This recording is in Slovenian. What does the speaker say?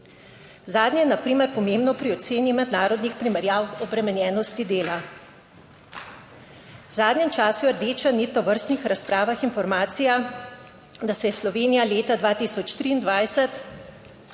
Zadnje je na primer pomembno pri oceni mednarodnih primerjav obremenjenosti dela. V zadnjem času je rdeča nit tovrstnih razpravah informacija, da se je Slovenija leta 2023 po